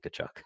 Kachuk